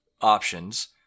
options